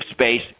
space